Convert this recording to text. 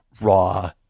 Raw